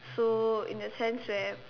so in a sense that